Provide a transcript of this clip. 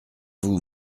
vous